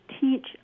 teach